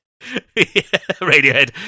Radiohead